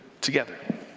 together